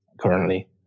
currently